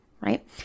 right